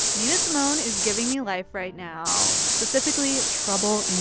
nina simone is giving me life right now, specifically trouble